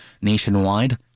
Nationwide